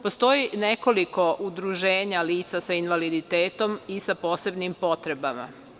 Postoji nekoliko udruženja lica sa invaliditetom i sa posebnim potrebama.